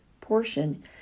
portion